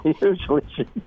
usually